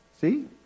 See